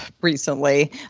recently